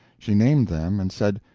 she named them, and said,